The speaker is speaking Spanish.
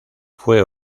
fue